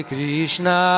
Krishna